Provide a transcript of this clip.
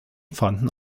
fanden